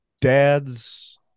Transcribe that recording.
dad's